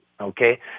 okay